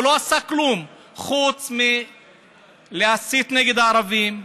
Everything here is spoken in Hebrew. הוא לא עשה כלום חוץ מלהסית נגד הערבים,